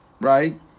right